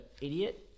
idiot